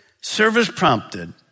Service-prompted